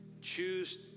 choose